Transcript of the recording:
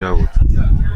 نبود